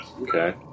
Okay